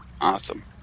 Awesome